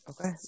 okay